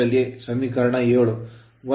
159 Z∅P IaA ಸಮೀಕರಣ 7 12π0